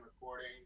Recording